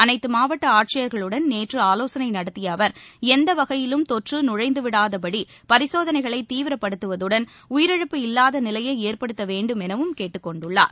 அனைத்து மாவட்ட ஆட்சியர்களுடன் நேற்று ஆலோசனை நடத்திய அவர் எந்த வகையிலும் தொற்று நுழைந்துவிடாதபடி பரிசோதனைகளை தீவிரப்படுத்துவதடன் உயிரிழப்பு இல்லாத நிலையை ஏற்படுத்த வேண்டும் எனவும் கேட்டுக்கொண்டுள்ளார்